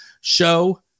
Show